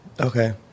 Okay